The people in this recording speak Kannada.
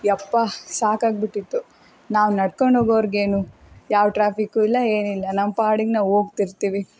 ಯೆಪ್ಪ ಸಾಕಾಗಿ ಬಿಟ್ಟಿತ್ತು ನಾವು ನಡ್ಕೊಂಡು ಹೋಗೋರ್ಗೇನು ಯಾವ ಟ್ರಾಫಿಕ್ಕೂ ಇಲ್ಲ ಏನಿಲ್ಲ ನಮ್ಮ ಪಾಡಿಗೆ ನಾವು ಹೋಗ್ತಿರ್ತೀವಿ